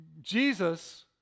Jesus